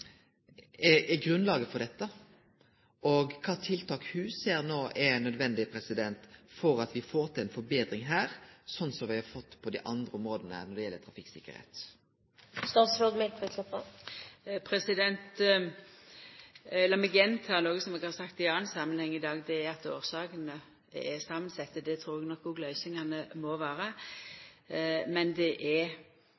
ho er grunnlaget for dette? Og kva tiltak ser ho no er nødvendige for å få til ei forbetring her, sånn som vi har fått på dei andre områda når det gjeld trafikktryggleik? Lat meg gjenta noko som eg har sagt i ein annan samanheng i dag. Det er at årsakene er samansette, og det trur eg nok at løysingane òg må vera. Men det er svært viktig til kvar tid å vere